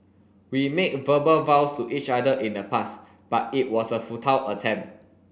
we made verbal vows to each other in the past but it was a futile attempt